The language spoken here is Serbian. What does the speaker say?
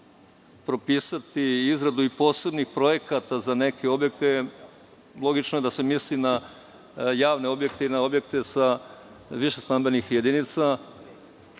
propisati izradu i posebnih projekata za neke objekte. Logično je da se misli na javne objekte i na objekte sa više stambenih jedinica.